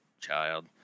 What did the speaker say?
child